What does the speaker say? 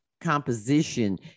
composition